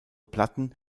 platten